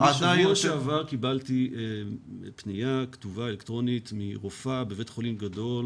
בשבוע שעבר קיבלתי פנייה כתובה אלקטרונית מרופאה בבית חולים גדול